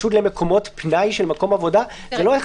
למקומות פנאי של מקומות עבודה זה לא אחד לאחד.